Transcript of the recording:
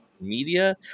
Media